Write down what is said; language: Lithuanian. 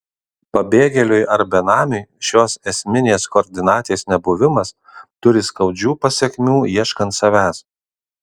pabėgėliui ar benamiui šios esminės koordinatės nebuvimas turi skaudžių pasekmių ieškant savęs